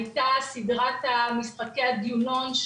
הייתה סדרת "משחקי הדיונון",